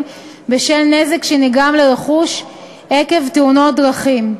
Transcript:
בשל נזק שנגרם לרכוש עקב תאונות דרכים.